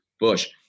Bush